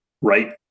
right